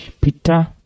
peter